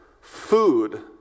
Food